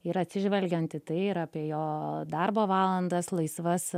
ir atsižvelgiant į tai yra apie jo darbo valandas laisvas